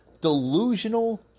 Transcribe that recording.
delusional